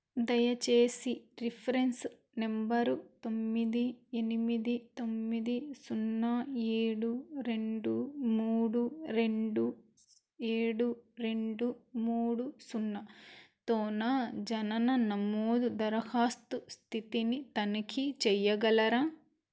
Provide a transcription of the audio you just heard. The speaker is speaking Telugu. దయచేసి రిఫరెన్సు నెంబరు తొమ్మిది ఎనిమిది తొమ్మిది సున్నా ఏడు రెండు మూడు రెండు ఏడు రెండు మూడు సున్నా తో నా జనన నమోదు దరఖాస్తు స్థితిని తనిఖీ చేయగలరా